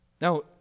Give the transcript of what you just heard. Now